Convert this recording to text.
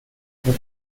per